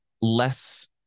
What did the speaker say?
less